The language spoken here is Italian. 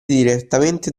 direttamente